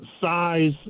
size